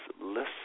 listen